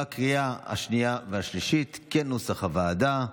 בקריאה השנייה והשלישית כנוסח הוועדה.